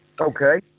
Okay